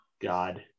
God